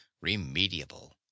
remediable